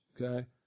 Okay